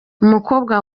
umukobwa